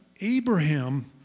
Abraham